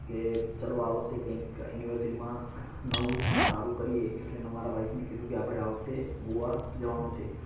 કે ચલો આ વખતે કંઈક એનિવર્સરીમાં નવું અને સારું કરીએ એટલે મેં મારા વાઈફને કીધું કે આપણે આ વખતે ગોવા જવાનું છે